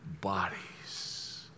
bodies